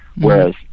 whereas